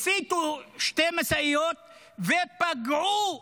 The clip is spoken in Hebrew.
הציתו שתי משאיות ופגעו בנהגים.